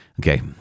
Okay